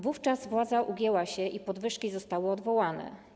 Wówczas władza ugięła się i podwyżki zostały odwołane.